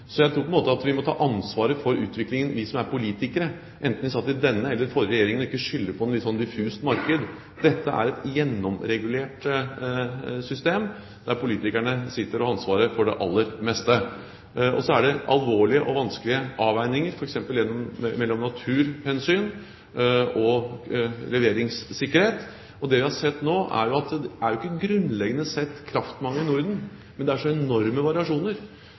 må ta ansvaret for utviklingen – enten vi sitter i denne regjeringen eller satt i den forrige – og ikke skylde på et litt diffust marked. Dette er et gjennomregulert system, der politikerne sitter og har ansvaret for det aller meste. Så er det alvorlige og vanskelige avveininger, f.eks. mellom naturhensyn og leveringssikkerhet. Det vi har sett nå, er jo at det ikke grunnleggende sett er kraftmangel i Norden, men at det er så enorme variasjoner.